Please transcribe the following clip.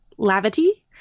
Lavity